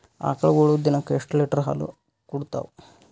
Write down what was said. ಆಕಳುಗೊಳು ದಿನಕ್ಕ ಎಷ್ಟ ಲೀಟರ್ ಹಾಲ ಕುಡತಾವ?